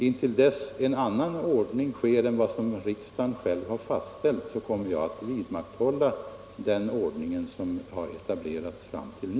Intill dess en annan ordning införs än den som riksdagen nu själv har fastställt kommer jag att vidmakthålla den ordning som hittills har varit etablerad.